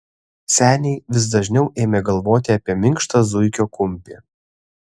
seniai vis dažniau ėmė galvoti apie minkštą zuikio kumpį